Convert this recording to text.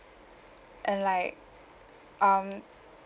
and like um